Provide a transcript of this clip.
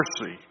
mercy